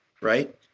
right